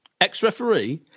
Ex-referee